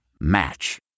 Match